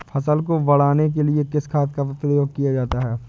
फसल को बढ़ाने के लिए किस खाद का प्रयोग किया जाता है?